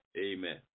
Amen